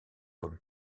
comme